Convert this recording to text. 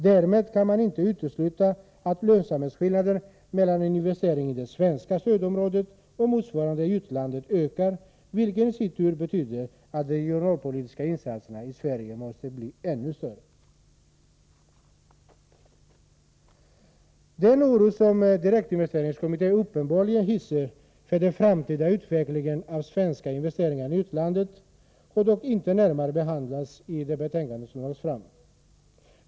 Därmed kan man inte utesluta att lönsamhetsskillnaden mellan en investering i det svenska stödområdet och motsvarande i utlandet ökar, vilket i sin tur betyder att de regionalpolitiska insatserna i Sverige måste bli ännu större. Den oro som direktinvesteringskommittén uppenbarligen hyser för den framtida utvecklingen av svenska investeringar i utlandet har dock inte närmare behandlats i det framlagda betänkandet.